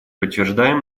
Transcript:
подтверждаем